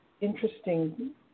interesting